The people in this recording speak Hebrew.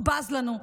הוא בז לנו.